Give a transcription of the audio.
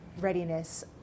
readiness